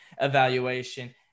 evaluation